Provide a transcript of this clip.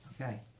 okay